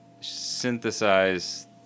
synthesize